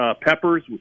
peppers